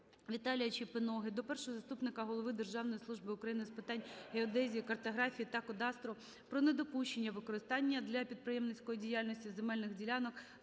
Віталія Чепиноги до першого заступника голови Державної служби України з питань геодезії, картографії та кадастру про недопущення використання для підприємницької діяльності земельних ділянок,